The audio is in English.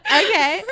okay